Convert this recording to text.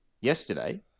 yesterday